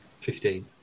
Fifteen